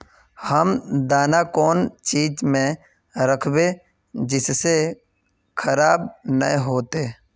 हम दाना कौन चीज में राखबे जिससे खराब नय होते?